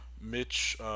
Mitch